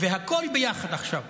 הכול ביחד עכשיו,